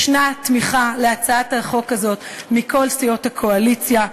יש תמיכה בהצעת החוק הזאת מכל סיעות הקואליציה,